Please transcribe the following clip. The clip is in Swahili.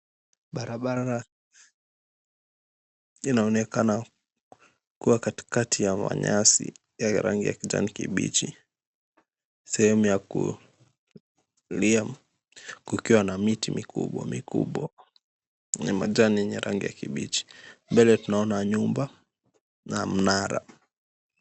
Barabara inaonekana kuwa katikati ya manyasi ya rangi ya kijani kibichi. Sehemu ya kulia kukiwa na miti mikubwa mikubwa yenye manjani yenye rangi ya kibichi. Mbele tunaona nyumba na mnara.